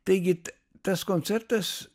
taigi tas koncertas